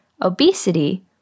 obesity